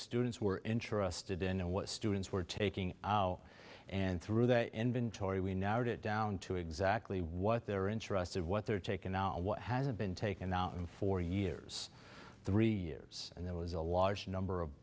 students who were interested in what students were taking and through that inventory we narrowed it down to exactly what they're interested what they're taking now what hasn't been taken out in four years three years and there was a large number of